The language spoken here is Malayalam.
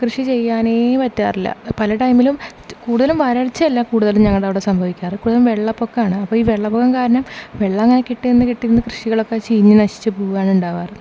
കൃഷി ചെയ്യാനേ പറ്റാറില്ല പല ടൈമിലും കൂടുതലും വരൾച്ചയല്ല കൂടുതലും ഞങ്ങളുടെ അവിടെ സംഭവിക്കാറ് കൂടുതലും വെള്ളപ്പൊക്കമാണ് അപ്പോൾ ഈ വെള്ളപ്പൊക്കം കാരണം വെള്ളം ഇങ്ങനെ കെട്ടി നിന്ന് കെട്ടി നിന്ന് കൃഷികളൊക്കെ ചീഞ്ഞു നശിച്ചു പോവുകയാണ് ഉണ്ടാവാറ്